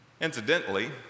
incidentally